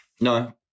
No